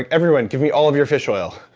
everyone, give me all of your fish oil.